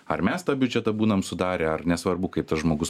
ar mes tą biudžetą būnam sudarę ar nesvarbu kaip tas žmogus